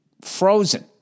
frozen